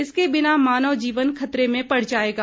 इनके बिना मानव जीवन खतरे में पड़ जायेगा